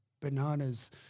bananas